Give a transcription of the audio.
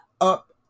up